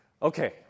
Okay